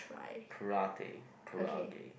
karate karaage